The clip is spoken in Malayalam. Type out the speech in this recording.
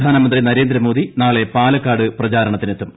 പ്രധാനമന്ത്രി നരേന്ദ്രമോദി നാളെ പാലക്കാട് പ്രചാരണത്തിനെത്തും